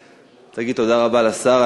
אני רוצה להגיד תודה רבה לשר.